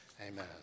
Amen